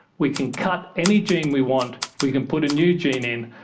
we can cut any gene we want, we can put a new gene in,